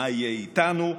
מה יהיה איתנו,